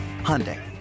Hyundai